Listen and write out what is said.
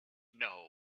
know